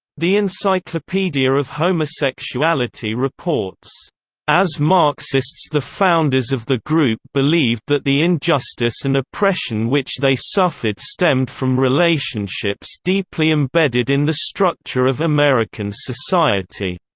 the encyclopedia of homosexuality reports as marxists the founders of the group believed that the injustice and oppression which they suffered stemmed from relationships deeply embedded in the structure of american society.